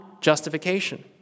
justification